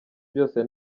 byose